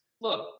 look